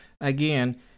again